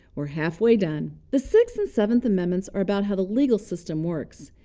we're halfway done. the sixth and seventh amendments are about how the legal system works.